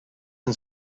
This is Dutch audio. een